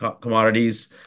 commodities